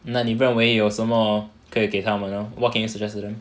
那你认为有什么可以给他们 lor what can you suggest to them